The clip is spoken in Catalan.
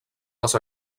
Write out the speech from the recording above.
les